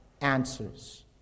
answers